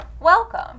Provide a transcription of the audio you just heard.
Welcome